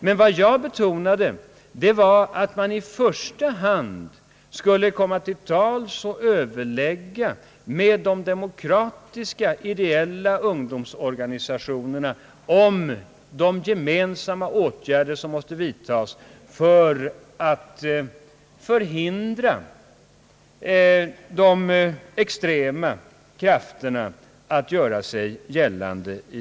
Men vad jag betonade var att man i första hand borde komma till tals och överlägga med de demokratiska ideella ungdomsorganisationerna om de gemensamma åtgärder som måste vidtas för att hindra de extrema krafterna att göra sig gällande.